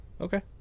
Okay